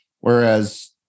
whereas